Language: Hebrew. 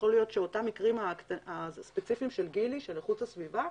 יכול להיות שאותם מקרים ספציפיים של איכות הסביבה,